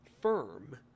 firm